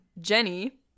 Jenny